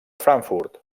frankfurt